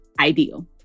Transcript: ideal